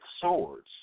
swords